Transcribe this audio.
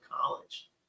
college